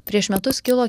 prieš metus kilo